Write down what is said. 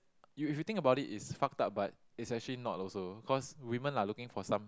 you if you think about it's fucked up but it's actually not also cause women are looking for some